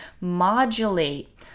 modulate